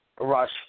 rush